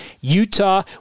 utah